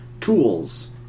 tools